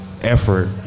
effort